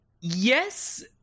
Yes